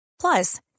plus